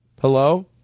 Hello